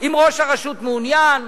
אם ראש הרשות מעוניין,